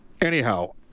Anyhow